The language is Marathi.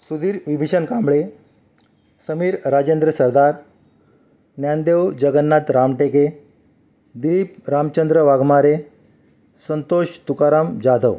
सुधीर विभीशन कांबळे समीर राजेंद्र सरदार ज्ञानदेव जगन्नाथ रामटेके दिवीप रामचंद्र वाघमारे संतोष तुकाराम जाधव